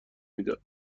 میداد